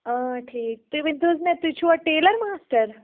آ ٹھیٖک تُہۍ ؤنۍتو حظ مےٚ تُہۍ چھُوا ٹیٚلَر ماسٹَر